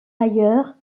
ailleurs